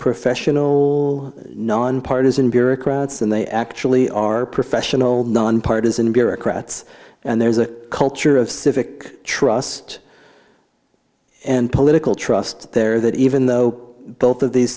professional nonpartisan bureaucrats and they actually are professional nonpartisan bureaucrats and there's a culture of civic trust and political trust there that even though both of these